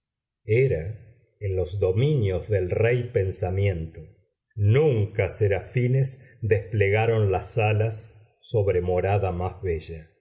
era en los dominios del rey pensamiento nunca serafines desplegaron las alas sobre morada más bella